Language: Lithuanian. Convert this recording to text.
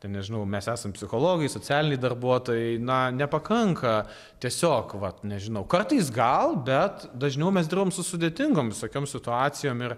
nežinau mes esam psichologai socialiniai darbuotojai na nepakanka tiesiog vat nežinau kartais gal bet dažniau mes dirbam su sudėtingom visokiom situacijom ir